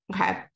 okay